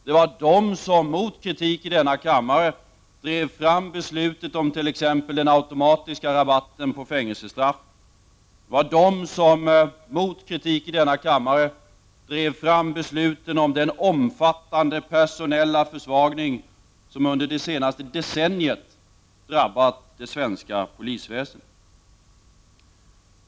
Det var de som mot kritik i denna kammare drev fram beslut om t.ex. den automatiska rabatten på fängelsestraff. Det var de som mot kritik i denna kammare drev fram besluten om den omfattande personella försvagning som under det senaste decenniet drabbat det svenska polisväsendet.